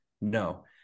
No